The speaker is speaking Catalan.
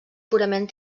purament